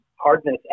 hardness